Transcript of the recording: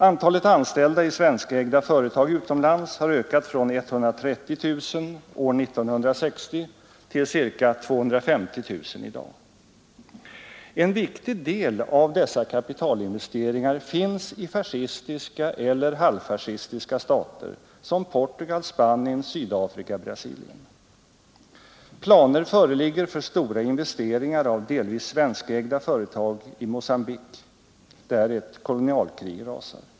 Antalet anställda i svenskägda företag utomlands har ökat från 130 000 år 1960 till ca 250 000 i dag. En viktig del av dessa kapitalinvesteringar finns i fascistiska eller halvfascistiska stater som Portugal, Sydafrika och Brasilien. Planer föreligger för stora investeringar av delvis svenskägda företag i Mogambique.